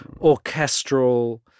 orchestral